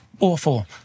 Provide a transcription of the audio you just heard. awful